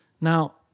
Now